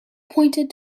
pointed